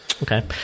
Okay